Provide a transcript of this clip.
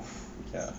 ya